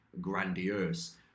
grandiose